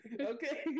Okay